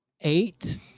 Eight